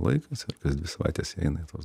laikas kas dvi savaites eina į tuos